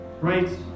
Right